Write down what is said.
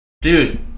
Dude